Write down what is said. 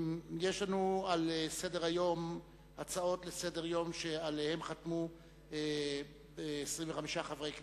יש לנו על סדר-היום הצעות לסדר-יום שעליהן חתמו 25 חברי כנסת: